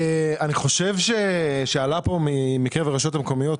אני חושב שעלה פה, מקרב רוב הרשויות המקומיות,